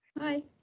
Hi